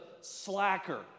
slacker